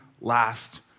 last